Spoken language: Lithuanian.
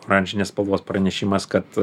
oranžinės spalvos pranešimas kad